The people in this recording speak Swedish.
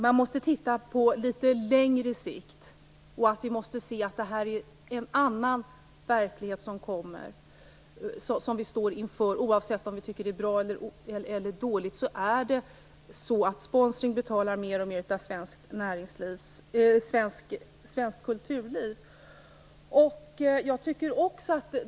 Man måste titta på litet längre sikt. Det är en annan verklighet som vi står inför. Oavsett om vi tycker att det är bra eller dåligt betalar sponsring mer och mer av svenskt kulturliv.